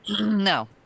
No